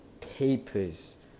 papers